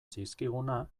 zizkiguna